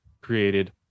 created